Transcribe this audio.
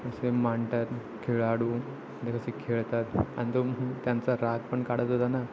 असे मांडतात खेळाडू म्हणजे कसे खेळतात आणि तो त्यांचा राग पण काढत होता ना